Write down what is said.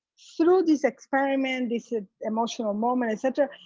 through this experiment, this ah emotional moment, etc,